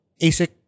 ASIC